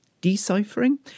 deciphering